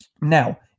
Now